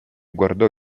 guardò